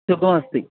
शुभमस्ति